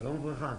שלום לכולם,